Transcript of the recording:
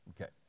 Okay